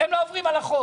והם לא עוברים על החוק.